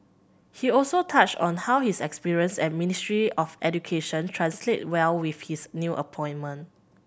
he also touched on how his experience at Ministry of Education translate well with his new appointment